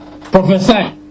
prophesy